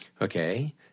okay